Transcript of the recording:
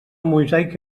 mosaic